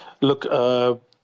Look